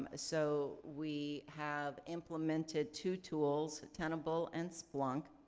ah so we have implemented two tools, tenable and splunk,